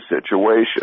situation